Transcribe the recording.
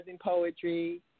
poetry